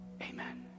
amen